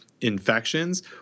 infections